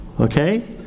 okay